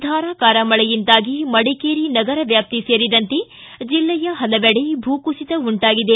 ಧಾರಾಕಾರ ಮಳೆಯಿಂದಾಗಿ ಮಡಿಕೇರಿ ನಗರ ವ್ಯಾಪ್ತಿ ಸೇರಿದಂತೆ ಜಿಲ್ಲೆಯ ಪಲವೆಡೆ ಭೂಕುಸಿತ ಉಂಟಾಗಿದೆ